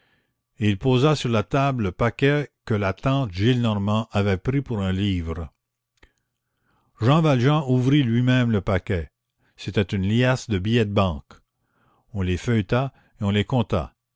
il posa sur la table le paquet que la tante gillenormand avait pris pour un livre jean valjean ouvrit lui-même le paquet c'était une liasse de billets de banque on les feuilleta et on les